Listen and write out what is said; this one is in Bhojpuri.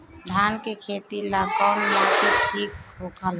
धान के खेती ला कौन माटी ठीक होखेला?